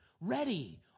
Ready